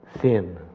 sin